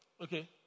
Okay